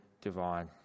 divine